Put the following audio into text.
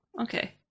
okay